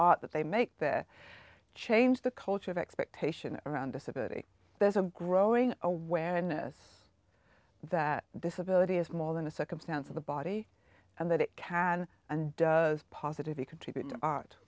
art that they make the change the culture of expectation around disability there's a growing awareness that disability is more than the circumstance of the body and that it can and does positively contribute art